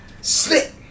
slit